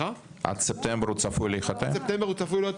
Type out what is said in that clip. עד ספטמבר הוא צפוי להיות מופעל.